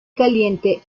caliente